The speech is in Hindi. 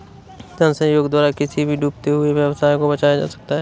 जन सहयोग द्वारा किसी भी डूबते हुए व्यवसाय को बचाया जा सकता है